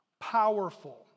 powerful